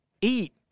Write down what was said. Eat